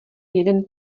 jeden